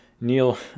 Neil